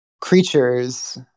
creatures